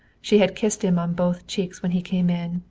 she had kissed him on both cheeks when he came in,